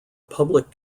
public